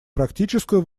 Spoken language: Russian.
практическую